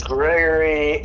Gregory